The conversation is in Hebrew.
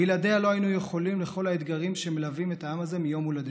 בלעדיה לא היינו יכולים לכל האתגרים שמלווים את העם הזה מיום הולדתו.